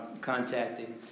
contacting